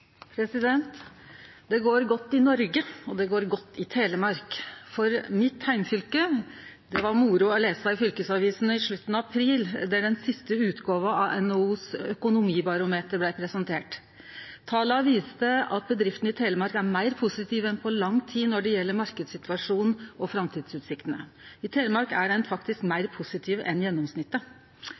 Det går godt i Noreg, og det går godt i Telemark – mitt heimfylke. Det var moro å lese i fylkesavisene i slutten av april då den siste utgåva av NHOs økonomibarometer blei presentert. Tala viste at bedriftene i Telemark er meir positive enn på lang tid når det gjeld marknadssituasjonen og framtidsutsiktene. I Telemark er ein faktisk meir positiv enn gjennomsnittet.